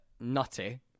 nutty